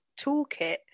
toolkit